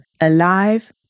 alive